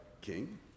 king